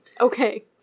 Okay